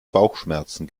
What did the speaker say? bauchschmerzen